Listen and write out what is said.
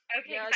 Okay